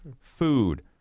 food